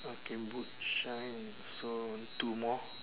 okay boot shine so two more